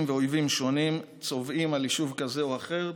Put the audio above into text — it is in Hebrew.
ואויבים שונים צובאים על יישוב כזה או אחר,